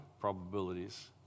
probabilities